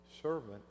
servant